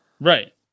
right